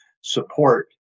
support